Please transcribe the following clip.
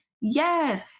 Yes